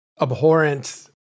abhorrent